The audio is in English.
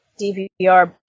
DVR